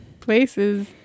places